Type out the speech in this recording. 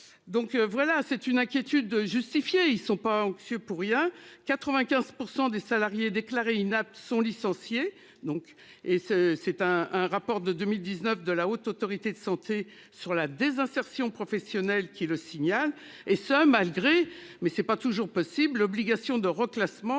Donc voilà c'est une inquiétude justifiée, ils ne sont pas anxieux pour rien. 95% des. Salarié déclaré inapte sont licenciés. Donc est-ce c'est un, un rapport de 2019 de la Haute Autorité de santé sur la désinsertion professionnelle qui le signal et ce malgré mais c'est pas toujours possible, l'obligation de reclassement,